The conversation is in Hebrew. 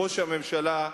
ראש הממשלה,